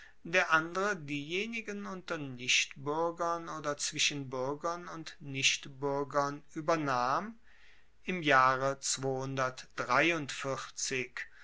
der andere diejenigen unter nichtbuergern oder zwischen buergern und nichtbuergern uebernahm im jahre